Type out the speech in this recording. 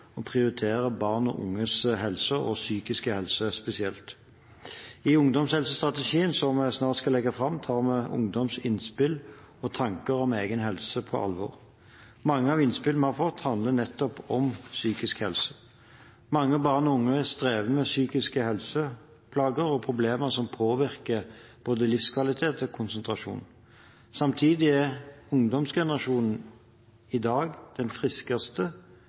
å prioritere barn og unges helse – og den psykiske helsen spesielt. I ungdomshelsestrategien, som jeg snart skal legge fram, tar vi ungdoms innspill og tanker om egen helse på alvor. Mange av innspillene vi har fått, handler nettopp om psykisk helse. Mange barn og unge strever med psykiske helseplager og problemer som påvirker både livskvalitet og konsentrasjon. Samtidig er ungdomsgenerasjonen i dag den friskeste,